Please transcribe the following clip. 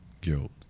guilt